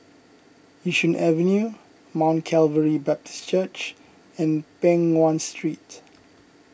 Yishun Avenue Mount Calvary Baptist Church and Peng Nguan Street